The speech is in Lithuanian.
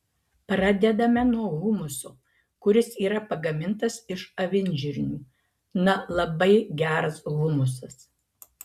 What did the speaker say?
pradedame nuo humuso kuris yra pagamintas iš avinžirnių na labai geras humusas